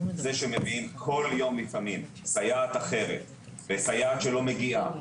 זה שמביאים כל יום לפעמים סייעת אחרת וסייעת שלא מגיעה,